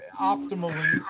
optimally